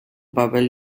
papel